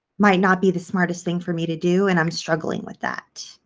might not be the smartest thing for me to do and i'm struggling with that.